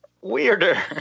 weirder